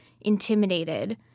intimidated